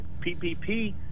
PPP